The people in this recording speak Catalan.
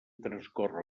transcorre